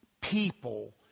people